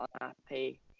unhappy